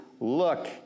look